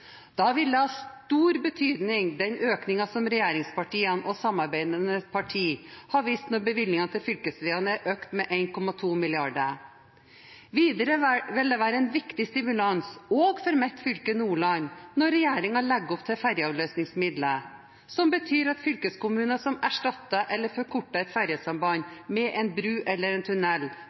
Da vil det ha stor betydning med den økningen som regjeringspartiene og samarbeidende parti har vist når bevilgninger til fylkesveiene er økt med 1,2 mrd. kr. Videre vil det være en viktig stimulans, også for mitt fylke, Nordland, når regjeringen legger opp til ferjeavløsningsmidler, noe som betyr at fylkeskommuner som erstatter eller forkorter et ferjesamband med bro eller